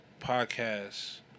podcasts